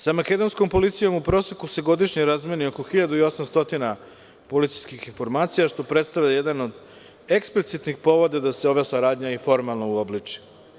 Sa makedonskom policijom u proseku se godišnje razmeni oko 1800 policijskih informacija, što predstavlja jedan od eksplicitnih povoda da se ova saradnja i formalno uobliči.